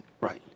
Right